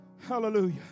Hallelujah